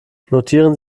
notieren